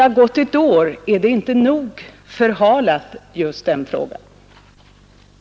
Har man inte förhalat den frågan tillräckligt?